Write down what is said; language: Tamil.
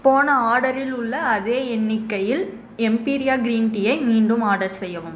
போன ஆர்டரில் உள்ள அதே எண்ணிக்கையில் எம்பீரியா க்ரீன் டீயை மீண்டும் ஆர்டர் செய்யவும்